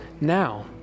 now